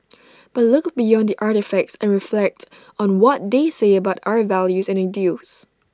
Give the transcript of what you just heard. but look beyond the artefacts and reflect on what they say about our values and ideals